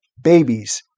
babies